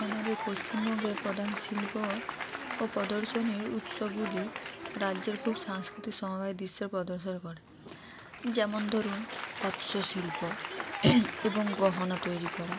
আমাদের পশ্চিমবঙ্গের প্রধান শিল্প ও প্রদর্শনীর উৎসগুলি রাজ্যের খুব সাংস্কৃতিক সমবায় দৃশ্যের প্রদর্শন করে যেমন ধরুন হস্ত শিল্প এবং গহনা তৈরি করা